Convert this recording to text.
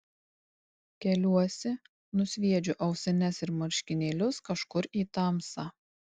keliuosi nusviedžiu ausines ir marškinėlius kažkur į tamsą